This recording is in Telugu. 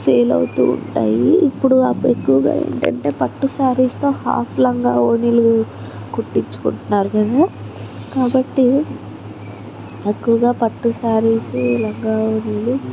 సేల్ అవుతూ ఉంటాయి ఇప్పుడు అప్పుడు ఎక్కువగా ఏంటంటే పట్టు శారీస్తో హాఫ్ లంగా వోణీలు కుట్టించుకుంటున్నారు కదా కాబట్టి ఎక్కువగా పట్టు శారీస్ లంగా వోణీలు